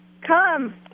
come